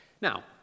Now